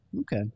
Okay